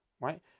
right